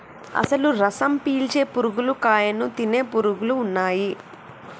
అసలు రసం పీల్చే పురుగులు కాయను తినే పురుగులు ఉన్నయ్యి